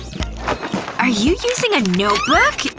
are you using a notebook?